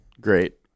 Great